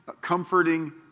comforting